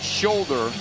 shoulder